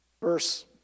Verse